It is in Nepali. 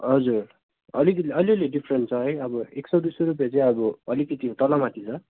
हजुर अलिकति अलि अलि डिफ्रेन्ट छ है अब एक सय दुई सय रुप्पे चाहिँ अब अलिकति तल माथि छ